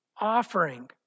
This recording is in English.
offering